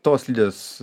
tos slidės